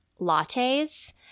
lattes